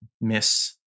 miss